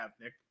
Nick